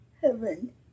heaven